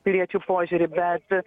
piliečių požiūrį bet